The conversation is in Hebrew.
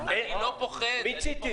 לא פוחד.